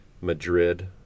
Madrid